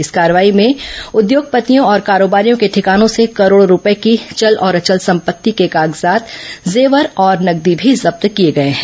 इस कार्रवाई में उद्योगपतियों और कारोबारियों के ठिकानों से करोड़ों रूपये के चल और अचल संपत्ति के कागजात जेवर और नगदी भी जब्त किए गए हैं